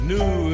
New